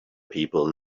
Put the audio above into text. people